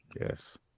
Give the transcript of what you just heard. Yes